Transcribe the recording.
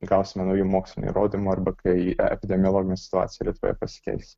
gausime naujų mokslinių įrodymų arba kai epidemiologinė situacija lietuvoje pasikeis